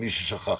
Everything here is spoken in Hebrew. למי ששכח.